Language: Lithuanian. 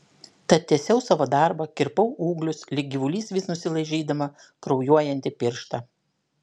tad tęsiau savo darbą kirpau ūglius lyg gyvulys vis nusilaižydama kraujuojantį pirštą